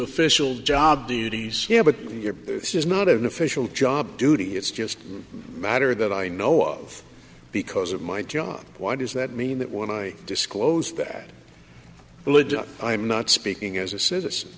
official job duties yeah but your is not an official job duty it's just a matter that i know of because of my job why does that mean that when i disclose that i am not speaking as a citizen